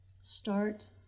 Start